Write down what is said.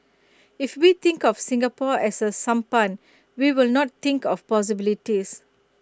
if we think of Singapore as A sampan we will not think of possibilities